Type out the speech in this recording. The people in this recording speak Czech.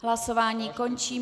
Hlasování končím.